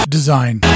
Design